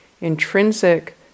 intrinsic